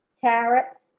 carrots